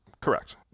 Correct